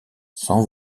sans